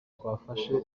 twafashe